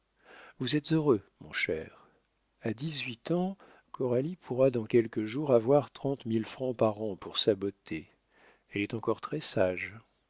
vous êtes heureux mon cher a dix-huit ans coralie pourra dans quelques jours avoir trente mille francs par an pour sa beauté elle est encore très-sage